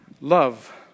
love